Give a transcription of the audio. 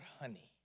honey